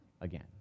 again